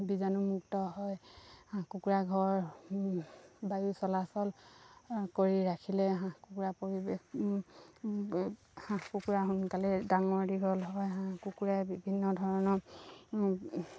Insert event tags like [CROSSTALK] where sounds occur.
বীজাণুমুক্ত হয় হাঁহ কুকুৰা ঘৰ বায়ু চলাচল কৰি ৰাখিলে হাঁহ কুকুৰা পৰিৱেশ [UNINTELLIGIBLE] হাঁহ কুকুৰা সোনকালে ডাঙৰ দীঘল হয় হাঁহ কুকুৰাই বিভিন্ন ধৰণৰ